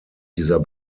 dieser